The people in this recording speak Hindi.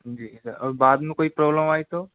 जी सर और बाद में कोई प्रॉब्लम आई तो